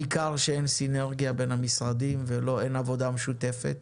ניכר שאין סינרגיה בין המשרדים ואין עבודה משותפת.